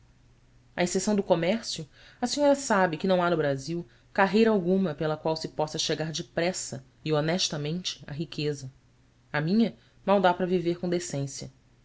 à exceção do comércio a senhora sabe que não há no brasil carreira alguma pela qual se possa chegar depressa e honestamente à riqueza a minha mal dá para viver com decência